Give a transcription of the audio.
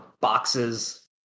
boxes